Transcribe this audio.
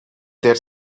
their